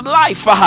life